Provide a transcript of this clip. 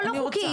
לא, לא חוקי.